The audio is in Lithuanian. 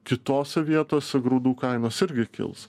kitose vietose grūdų kainos irgi kils